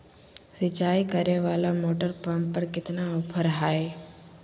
सिंचाई करे वाला मोटर पंप पर कितना ऑफर हाय?